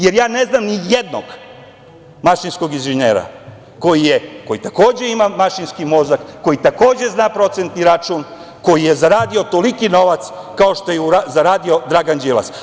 Jer, ja ne znam ni jednog mašinskog inženjera koji takođe ima mašinski mozak, koji takođe zna procentni račun, a koji je zaradio toliki novac, kao što je zaradio Dragan Đilas.